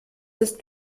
ist